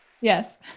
Yes